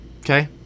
Okay